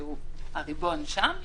שהוא הריבון שם,